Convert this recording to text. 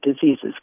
diseases